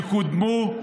יקודמו,